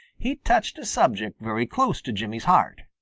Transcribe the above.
he touched a subject very close to jimmy's heart.